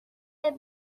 حساب